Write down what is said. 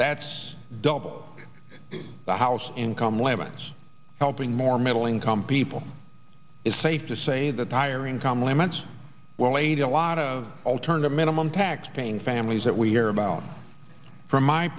that's double the house income limits helping more middle income people it's safe to say that higher income limits well made a lot of alternative minimum tax paying families that we hear about from my